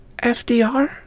FDR